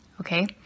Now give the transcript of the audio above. Okay